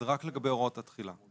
שזה רק לגבי הוראות התחילה.